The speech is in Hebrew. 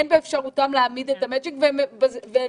אין באפשרותם להעמיד את המצ'ינג ולמעשה